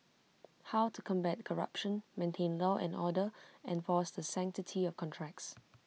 how to combat corruption maintain law and order enforce the sanctity of contracts